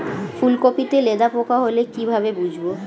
ফুলকপিতে লেদা পোকা হলে কি ভাবে বুঝবো?